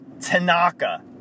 Tanaka